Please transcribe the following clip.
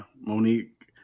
monique